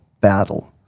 battle